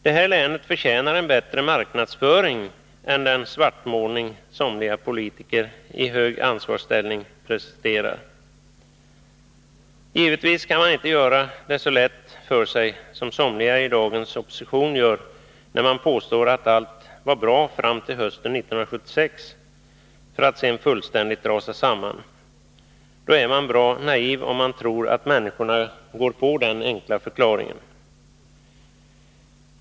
Det här länet förtjänar en bättre marknadsföring än den svartmålning somliga politiker i hög ansvarsställning presterar. Givetvis kan man inte göra det så lätt för sig som somliga i dagens opposition gör, när de påstår att allt var bra fram till hösten 1976 för att sedan fullständigt rasa samman. Man är bra naiv, om man tror att människorna går på den enkla förklaringen.